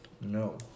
No